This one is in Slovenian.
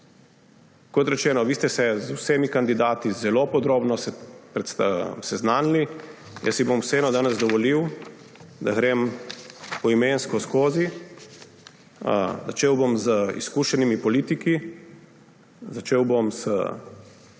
Kot rečeno, vi ste se z vsemi kandidati zelo podrobno seznanili. Jaz si bom vseeno danes dovolil, da grem poimensko skozi. Začel bom z izkušenimi politiki. Začel bom s